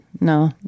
no